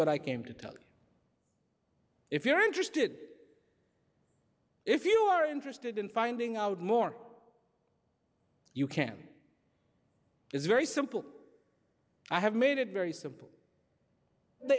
what i came to tell you if you're interested if you are interested in finding out more you can it's very simple i have made it very simple the